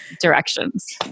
directions